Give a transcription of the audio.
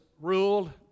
ruled